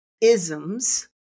isms